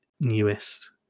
newest